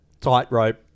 tightrope